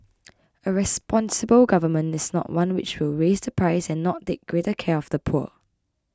a responsible government is not one which will raise the price and not take greater care of the poor